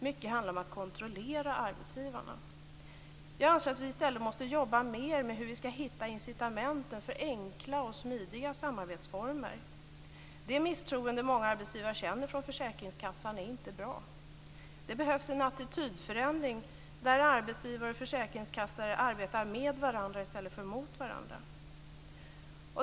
Mycket handlar om att kontrollera arbetsgivarna. Jag anser att vi i stället måste jobba mer med hur vi skall hitta incitamenten för enkla och smidiga samarbetsformer. Det misstroende många arbetsgivare känner från försäkringskassan är inte bra. Det behövs en attitydförändring där arbetsgivare och försäkringskassa arbetar med varandra i stället för mot varandra.